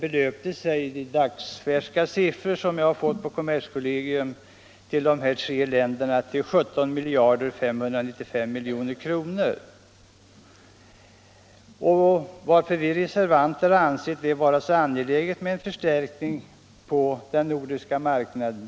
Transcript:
Enligt dagsfärska siffror som jag fått från kommerskollegium belöpte sig exporten till dessa tre nordiska länder till 17 595 milj.kr. Varför har vi reservanter ansett det vara så angeläget med en förstärkning av bevakningen på den nordiska marknaden?